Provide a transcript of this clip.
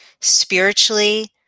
spiritually